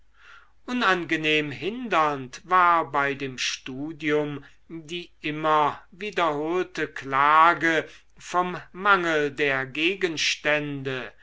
unangenehm hindernd war bei dem studium die immer wiederholte klage vom mangel der gegenstände